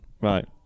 Right